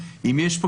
אם יש פה,